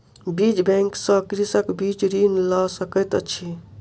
बीज बैंक सॅ कृषक बीज ऋण लय सकैत अछि